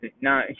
no